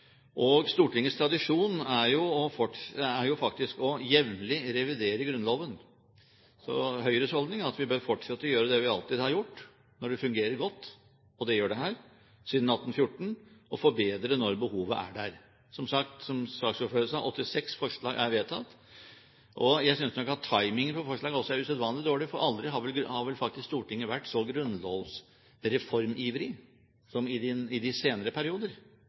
Stortingets tradisjon er faktisk å revidere Grunnloven jevnlig, så Høyres holdning er at vi bør fortsette å gjøre det vi alltid har gjort, når det fungerer godt – og det gjør det her, siden 1814 – og forbedre når behovet er der. Som saksordfører sa: 86 forslag er vedtatt. Jeg synes nok også at timingen for forslaget er usedvanlig dårlig, for aldri har vel Stortinget vært så grunnlovsreformivrig som i de senere perioder.